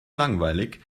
langweilig